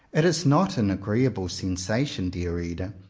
it is not an agreeable sensation, dear reader,